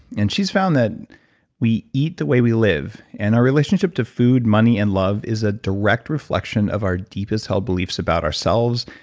and she's found that we eat the way we live, and our relationship to food, money, and love is a direct reflection of our deepest held beliefs about ourselves,